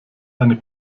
eine